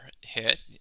hit